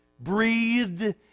breathed